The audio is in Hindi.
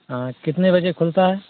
हाँ कितने बजे खुलता है